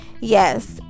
Yes